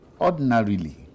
ordinarily